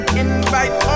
invite